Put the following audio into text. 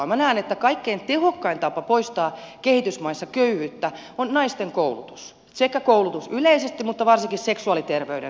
minä näen että kaikkein tehokkain tapa poistaa kehitysmaissa köyhyyttä on naisten koulutus sekä koulutus yleisesti että varsinkin seksuaaliterveyden saralla